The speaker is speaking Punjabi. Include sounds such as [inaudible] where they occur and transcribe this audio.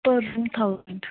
[unintelligible] ਥਾਊਂਜੈਂਟ